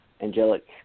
angelic